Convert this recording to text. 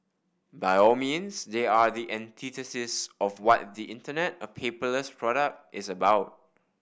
by all means they are the antithesis of what the Internet a paperless product is about